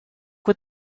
what